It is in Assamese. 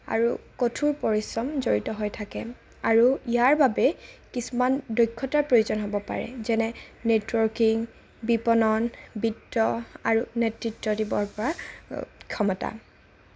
আৰু কঠোৰ পৰিশ্ৰম জড়িত হৈ থাকে আৰু ইয়াৰ বাবে কিছুমান দক্ষতাৰ প্ৰয়োজন হ'ব পাৰে যেনে নেটৱৰ্কিং বিপণন বিত্ত আৰু নেতৃত্ব দিবৰ পৰা ক্ষমতা